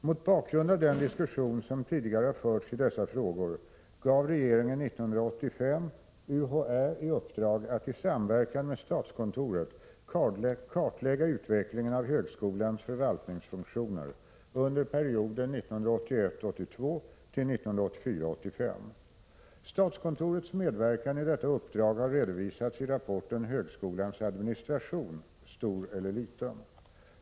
Mot bakgrund av den diskussion som tidigare har förts i dessa frågor gav regeringen 1985 UHÄ i uppdrag att i samverkan med statskontoret kartlägga utvecklingen av högskolans förvaltningsfunktioner under perioden 1981 85. Statskontorets medverkan i detta uppdrag har redovisats i rapporten Högskolans administration — stor eller liten?